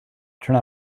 turn